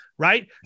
Right